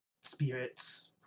spirits